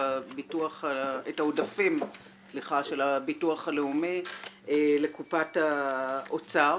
העודפים של הביטוח הלאומי לקופת האוצר.